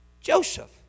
Joseph